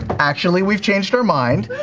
actually, we've changed our mind.